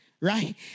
right